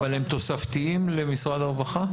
אבל הם תוספתיים למשרד הרווחה?